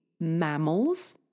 mammals